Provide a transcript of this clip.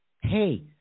Hey